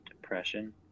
depression